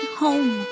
home